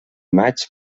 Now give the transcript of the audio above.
maig